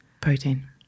protein